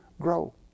grow